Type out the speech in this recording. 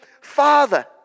Father